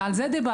ועל זה דיברתי.